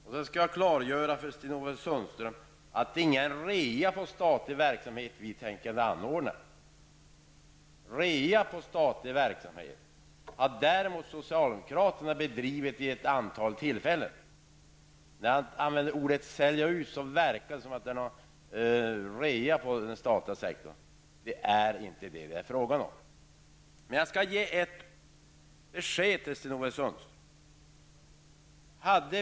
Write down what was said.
Låt mig också klargöra för Sten-Ove Sundström att vi inte ämnar anordna någon realisation på statlig verksamhet. Realisation på statlig verksamhet har däremot socialdemokraterna gjort vid ett antal tillfällen. När Sten-Ove Sundström talar om att ''sälja ut'', så förefaller det som om det är fråga om realisation på statlig verksamhet. Men det är det inte. Jag skall ge ett besked till Sten-Ove Sundström.